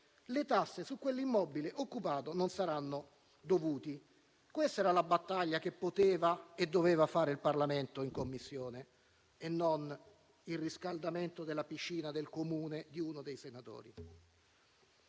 le tasse sull'immobile occupato non saranno dovute. Questa era la battaglia che poteva e doveva fare il Parlamento in Commissione e non il riscaldamento della piscina del Comune di uno dei senatori.